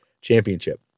championship